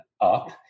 Up